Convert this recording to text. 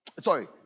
Sorry